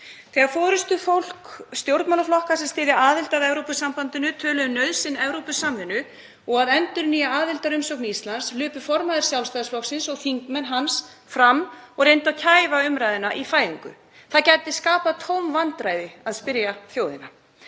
Þegar forystufólk stjórnmálaflokka sem styðja aðild að Evrópusambandinu töluðu um nauðsyn Evrópusamvinnu og að endurnýja aðildarumsókn Íslands hlupu formaður Sjálfstæðisflokksins og þingmenn hans fram og reyndu að kæfa umræðuna í fæðingu. Það gæti skapað tóm vandræði að spyrja þjóðina.